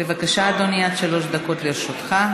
בבקשה, אדוני, עד שלוש דקות לרשותך.